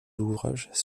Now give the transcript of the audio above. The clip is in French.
ouvrages